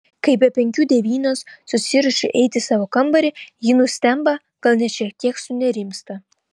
kai be penkių devynios susiruošiu eiti į savo kambarį ji nustemba gal net šiek tiek sunerimsta